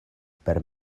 per